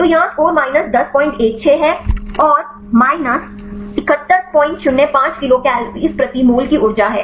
तो यहाँ score minus 1016 और माइनस 7105 किलोकल प्रति मोल की ऊर्जा है